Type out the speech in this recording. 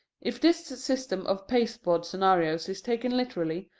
if this system of pasteboard scenarios is taken literally,